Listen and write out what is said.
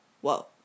whoa